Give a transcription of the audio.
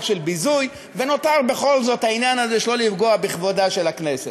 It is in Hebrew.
"ביזוי" ונותר בכל זאת העניין הזה של לא לפגוע בכבודה של הכנסת.